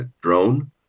drone